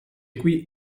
qui